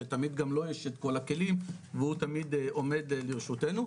שתמיד גם לו יש את כל הכלים והוא תמיד עומד לרשותנו.